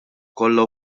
kollha